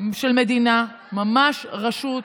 של מדינה, ממש רשות,